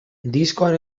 diskoan